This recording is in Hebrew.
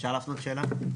אפשר להפנות שאלות שאלה?